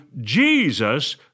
Jesus